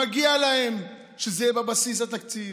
מגיע להם שזה יהיה בבסיס התקציב.